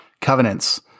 covenants